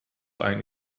ein